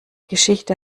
geschichte